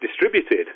distributed